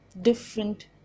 different